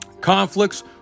Conflicts